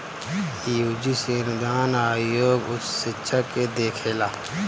UGC अनुदान आयोग उच्च शिक्षा के देखेला